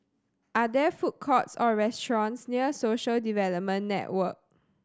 are there food courts or restaurants near Social Development Network